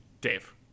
Dave